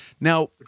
Now